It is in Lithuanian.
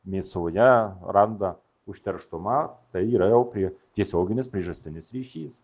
mėsoje randa užterštumą tai yra jau prie tiesioginis priežastinis ryšys